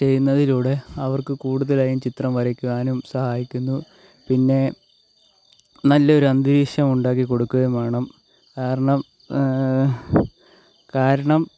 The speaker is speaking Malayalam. ചെയ്യുന്നതിലൂടെ അവർക്ക് കൂടുതലായും ചിത്രം വരക്കുവാനും സഹായിക്കുന്നു പിന്നെ നല്ലൊരു അന്തരീക്ഷം ഉണ്ടാക്കി കൊടുക്കുകയും വേണം കാരണം കാരണം